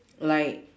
like